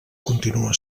continua